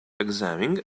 examining